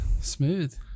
Smooth